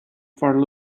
for